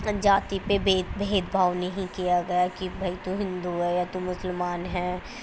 جاتی پہ بید بھید بھاؤ نہیں کیا گیا کہ بھائی تو ہندو ہے یا تو مسلمان ہے